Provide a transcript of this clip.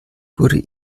wurde